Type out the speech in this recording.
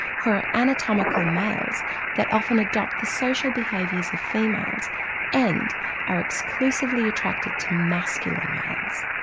her anatomical males that often adopt the social behaviours of females and are exclusively attracted to masculine males.